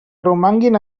romanguin